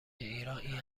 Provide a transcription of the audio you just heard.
ایران، این